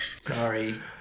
Sorry